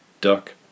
duck